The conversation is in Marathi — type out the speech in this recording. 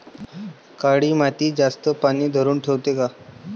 काळी माती जास्त पानी धरुन ठेवते का?